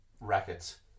rackets